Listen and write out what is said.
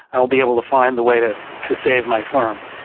i'll be able to find the way to to save my firm.